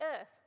earth